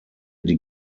die